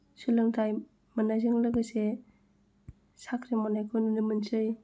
सोलोंथाइ मोननायजों लोगोसे साख्रि मोननायखौ नुनो मोनसै